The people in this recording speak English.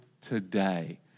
today